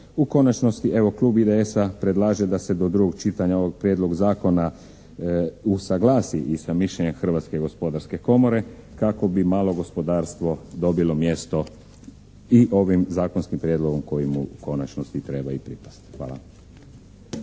U konačnosti evo klub IDS-a predlaže da se do drugog čitanja ovaj prijedlog zakona usaglasi i sa mišljenjem Hrvatske gospodarske komore kako bi malo gospodarstvo dobilo mjesto i ovim zakonskim prijedlogom koji mu u konačnosti treba i pripasti. Hvala.